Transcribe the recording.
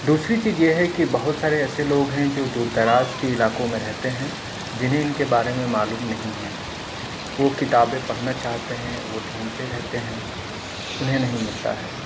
دوسری چیز یہ ہے کہ بہت سارے ایسے لوگ ہیں جو دور دراز کے علاقوں میں رہتے ہیں جنہیں ان کے بارے میں معلوم نہیں ہے وہ کتابیں پڑھنا چاہتے ہیں وہ ڈھونڈھتے رہتے ہیں انہیں نہیں ملتا ہے